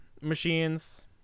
machines